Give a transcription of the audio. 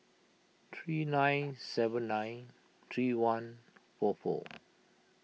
three nine seven nine three one four four